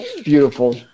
beautiful